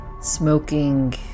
smoking